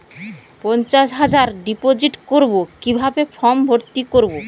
পঞ্চাশ হাজার ডিপোজিট করবো কিভাবে ফর্ম ভর্তি করবো?